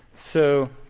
so